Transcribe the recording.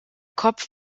kopf